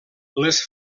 les